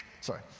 sorry